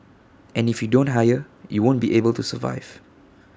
and if you don't hire you won't be able to survive